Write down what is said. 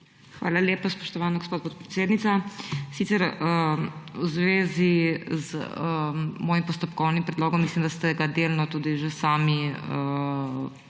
Hvala lepa, spoštovana gospa podpredsednica. Sicer v zvezi z mojim postopkovnim predlogom mislim, da ste ga delno tudi že sami v